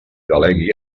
delegui